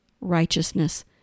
righteousness